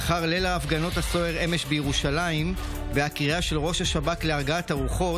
אושרה בקריאה ראשונה ותחזור לדיון בוועדת החוקה,